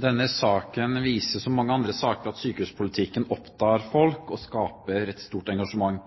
Denne saken viser, som mange andre saker, at sykehuspolitikken opptar folk og skaper et stort engasjement.